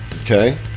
Okay